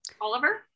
Oliver